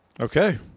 Okay